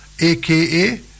AKA